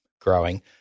growing